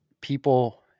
people